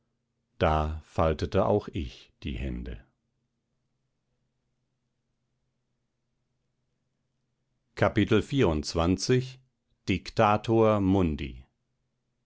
da faltete auch ich die hände